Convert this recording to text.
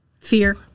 Fear